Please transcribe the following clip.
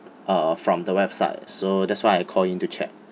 uh from the website so that's why I call in to check